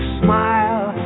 smile